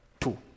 Two